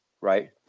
right